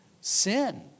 Sin